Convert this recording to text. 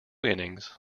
innings